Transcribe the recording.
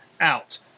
out